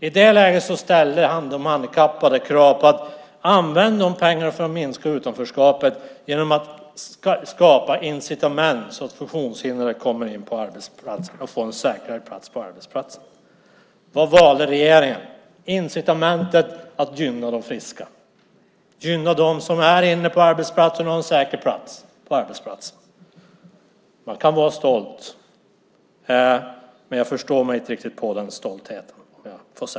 I det läget ställde de handikappade krav på att använda pengarna för att minska utanförskapet genom att skapa incitament för att personer med funktionsnedsättning ska får en säkrare plats på arbetsmarknaden. Vad var det regeringen valde? Incitamentet att gynna de friska, gynna dem som är inne på arbetsmarknaden och har en säker plats. Man kan vara stolt, men jag förstår mig inte riktigt på den stoltheten.